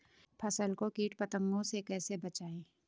फसल को कीट पतंगों से कैसे बचाएं?